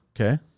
Okay